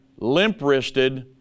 Limp-wristed